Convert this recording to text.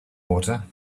water